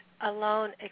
alone